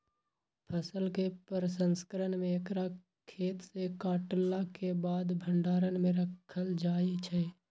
फसल के प्रसंस्करण में एकरा खेतसे काटलाके बाद भण्डार में राखल जाइ छइ